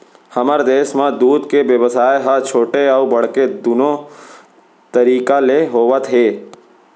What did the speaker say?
हमर देस म दूद के बेवसाय ह छोटे अउ बड़का दुनो तरीका ले होवत हे